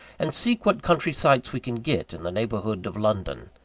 and seek what country sights we can get in the neighbourhood of london.